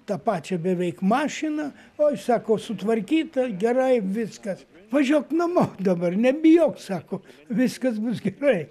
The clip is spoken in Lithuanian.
tą pačią beveik mašiną oj sako sutvarkyta gerai viskas važiuok namo dabar nebijok sako viskas bus gerai